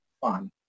fun